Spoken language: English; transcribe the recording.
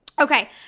Okay